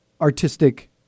artistic